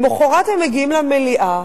למחרת הם מגיעים למליאה